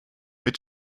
mit